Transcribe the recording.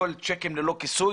הכול צ'קים ללא כיסוי